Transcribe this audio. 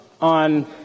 on